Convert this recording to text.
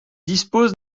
dispose